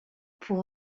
pour